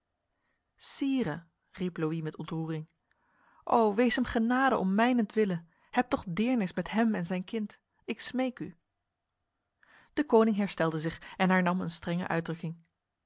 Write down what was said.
sire riep louis met ontroering o wees hem genadig om mijnentwille heb toch deernis met hem en zijn kind ik smeek u de koning herstelde zich en hernam een strenge uitdrukking